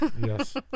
Yes